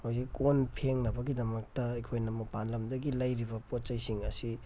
ꯍꯧꯖꯤꯛ ꯀꯣꯟ ꯐꯦꯡꯅꯕꯒꯤꯗꯃꯛꯇ ꯑꯩꯈꯣꯏꯅ ꯃꯄꯥꯜꯂꯝꯗꯒꯤ ꯂꯩꯔꯤꯕ ꯄꯣꯠ ꯆꯩꯁꯤꯡ ꯑꯁꯤ